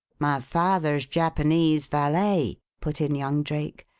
my father's japanese valet, put in young drake.